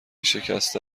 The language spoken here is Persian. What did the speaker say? شکسته